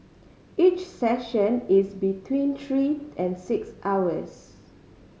each session is between three and six hours